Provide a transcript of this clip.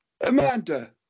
Amanda